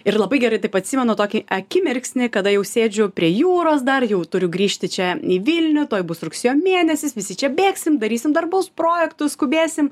ir labai gerai taip atsimenu tokį akimirksnį kada jau sėdžiu prie jūros dar jau turiu grįžti čia į vilnią tuoj bus rugsėjo mėnesis visi čia bėgsim darysim darbus projektus skubėsim